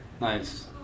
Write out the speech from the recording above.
Nice